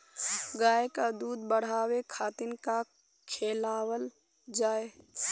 गाय क दूध बढ़ावे खातिन का खेलावल जाय?